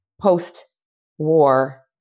post-war